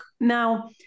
Now